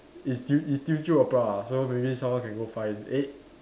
it's Teo~ it's Teochew opera ah so maybe someone can go and find eh